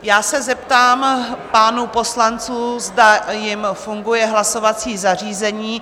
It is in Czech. Já se zeptám pánů poslanců, zda jim funguje hlasovací zařízení?